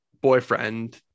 boyfriend